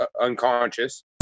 unconscious